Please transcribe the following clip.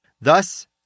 Thus